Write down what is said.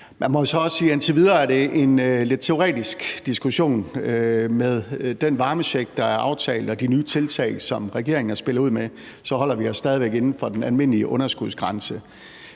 jo så også sige, at det indtil videre er en lidt teoretisk diskussion. Med den varmecheck, der er aftalt, og de nye tiltag, som regeringen har spillet ud med, så holder vi os stadig væk inden for den almindelige underskudsgrænse.